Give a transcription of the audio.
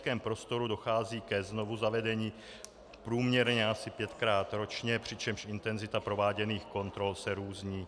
V schengenském prostoru dochází ke znovuzavedení průměrně asi pětkrát ročně, přičemž intenzita prováděných kontrol se různí.